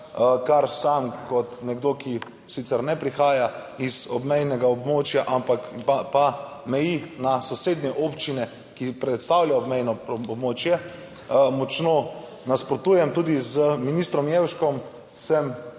kar sam kot nekdo, ki sicer ne prihaja iz obmejnega območja, ampak pa meji na sosednje občine, ki predstavljajo obmejno območje, močno nasprotujem. Tudi z ministrom Jevškom sem